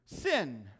sin